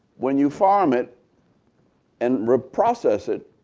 when you farm it and process it,